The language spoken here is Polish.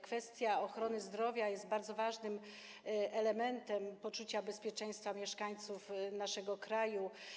Kwestia ochrony zdrowia jest bardzo ważnym elementem poczucia bezpieczeństwa mieszkańców naszego kraju.